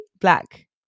Black